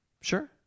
Sure